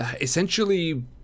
essentially